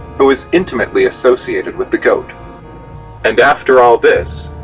who is intimately associated with the goat and after all this,